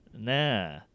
nah